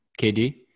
KD